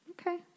Okay